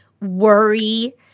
worry